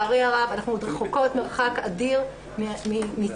לצערי הרב, אנחנו עוד רחוקות מרחק אדיר מצדק.